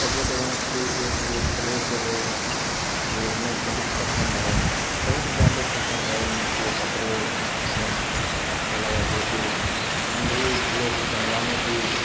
अजय देवगन की एक जो ड्रेस है जो हमें बहुत पसंद है बहुत ज़्यादा पसंद है वह कपड़ा भी हमें तो अच्छा लगा जो कि हम भी ड्रेस बनवाने की